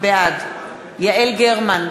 בעד יעל גרמן,